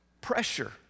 pressure